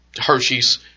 Hershey's